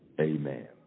Amen